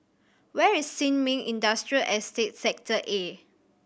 where is Sin Ming Industrial Estate Sector A